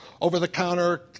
Over-the-counter